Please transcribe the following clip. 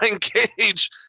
cage